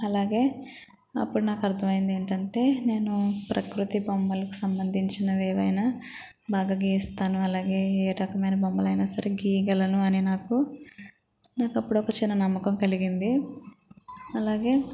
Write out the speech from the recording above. అలాగే అప్పుడు నాకు అర్థమైంది ఏంటంటే నేను ప్రకృతి బొమ్మలకు సంబంధించినవి ఏవైనా బాగా గీస్తాను అలాగే ఏ రకమైన బొమ్మలు అయినా సరే గీయగలను అని నాకు నాకు అప్పుడు ఒక చిన్న నమ్మకం కలిగింది అలాగే